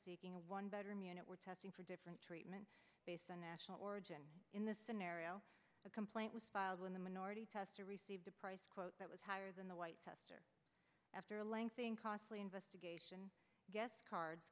seeking a one bedroom unit we're testing for different treatment based on national origin in this scenario a complaint was filed when the minority tester received a price quote that was higher than the white tester after a lengthy and costly investigation get cards